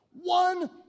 One